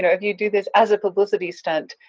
and if you do this as a publicity stunt,